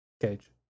Cage